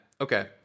Okay